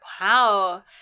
Wow